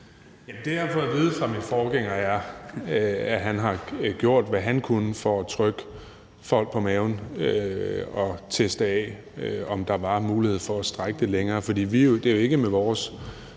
jeg har fået at vide af min forgænger, er, at han har gjort, hvad han kunne, for at trykke folk på maven og teste af, om der var mulighed for at strække det længere.